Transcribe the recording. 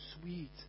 sweet